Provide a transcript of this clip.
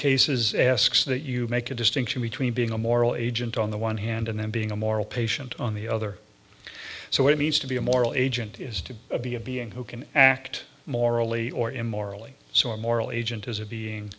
cases asks that you make a distinction between being a moral agent on the one hand and then being a moral patient on the other so it needs to be a moral agent is to be a being who can act morally or immorally so a moral agent is a being